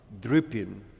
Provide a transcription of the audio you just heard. dripping